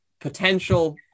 potential